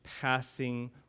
passing